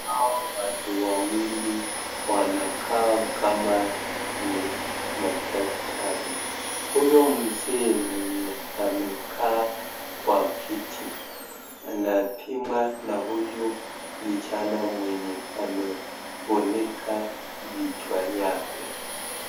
Hawa watu wawili wanakaa kama ni madaktari huyo mzee mwenye amekaa kwa kiti anapimwa na huyu kijana mwenye amefunika kichwa yake.